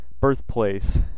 birthplace